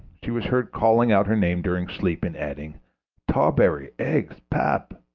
she was heard calling out her name during sleep, and adding tawberry, eggs, pap.